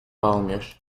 almıyor